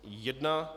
1.